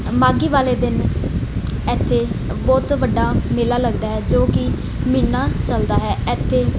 ਮਾਘੀ ਵਾਲੇ ਦਿਨ ਇੱਥੇ ਬਹੁਤ ਵੱਡਾ ਮੇਲਾ ਲੱਗਦਾ ਹੈ ਜੋ ਕਿ ਮਹੀਨਾ ਚੱਲਦਾ ਹੈ ਇੱਥੇ